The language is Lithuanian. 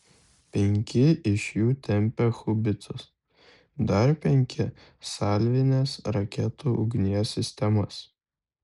penki iš jų tempė haubicas dar penki salvinės raketų ugnies sistemas